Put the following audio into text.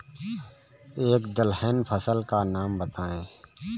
एक दलहन फसल का नाम बताइये